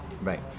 Right